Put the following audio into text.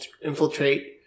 infiltrate